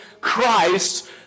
Christ